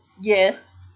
Yes